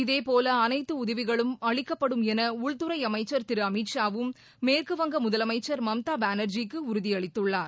இதேபோல அனைத்து உதவிகளும் அளிக்கப்படும் என உள்துறை அமைச்ச் திரு அமித்ஷாவும் மேற்குவங்க முதலமைச்சர் மம்தா பானர்ஜிக்கு உறுதியளித்துள்ளார்